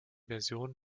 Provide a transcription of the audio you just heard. versionen